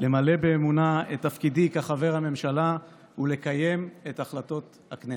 למלא באמונה את תפקידי כחבר הממשלה ולקיים את החלטות הכנסת.